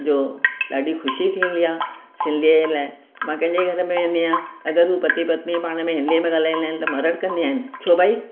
जो ॾाढी ख़ुशी थींदी आहे सिंधीअ जे लाइ मां कंहिंजे घर में वेंदी आहियां अगरि हू पति पत्नी पाण में हिंदीअ में ॻाल्हाईंदा आहिनि त मां रड़ कंदी आहियानि छो भई